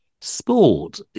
Sport